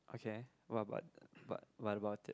okay what about what what about it